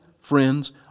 friends